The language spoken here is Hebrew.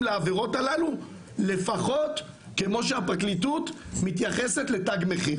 לעבירות הללו לפחות כמו שהפרקליטות מתייחסת לתג מחיר.